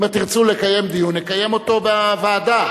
אם תרצו לקיים דיון, נקיים אותו בוועדה.